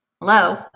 Hello